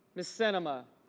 mrs. cinema